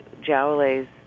Jowle's